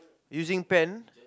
using pen